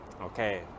Okay